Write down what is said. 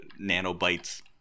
nanobytes